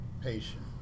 patient